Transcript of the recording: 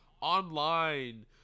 online